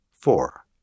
Four